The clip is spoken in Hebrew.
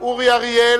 חבר הכנסת אורי אריאל